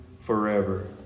forever